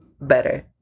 better